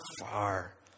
far